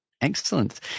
Excellent